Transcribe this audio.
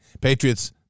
Patriots